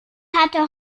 hatte